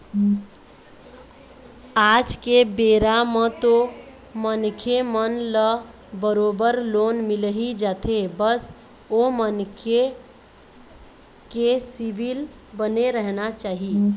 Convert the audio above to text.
आज के बेरा म तो मनखे मन ल बरोबर लोन मिलही जाथे बस ओ मनखे के सिविल बने रहना चाही